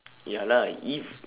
ya lah if